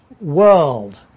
World